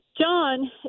John